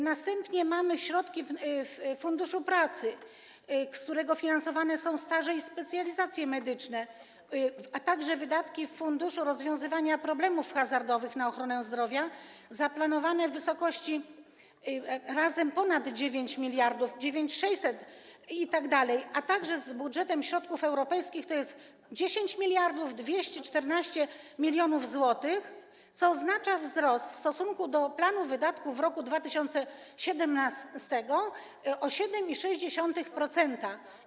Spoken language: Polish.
Następnie mamy środki Funduszu Pracy, z którego finansowane są staże i specjalizacje medyczne, a także wydatki w Funduszu Rozwiązywania Problemów Hazardowych na ochronę zdrowia zaplanowane w wysokości razem ponad 9 mld, 9600 mln itd., a z budżetem środków europejskich to jest 10 214 mln zł, co oznacza wzrost w stosunku do planu wydatków w roku 2017 o 7,6%.